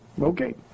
Okay